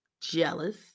jealous